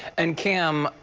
and kam,